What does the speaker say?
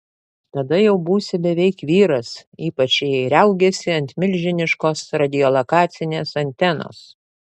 tada jau būsi beveik vyras ypač jei riaugėsi ant milžiniškos radiolokacinės antenos